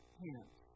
hands